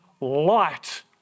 light